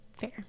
fair